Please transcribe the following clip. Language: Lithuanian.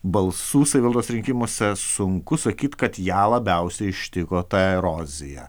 balsų savivaldos rinkimuose sunku sakyti kad ją labiausiai ištiko ta erozija